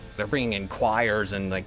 they're bringing in choirs and like,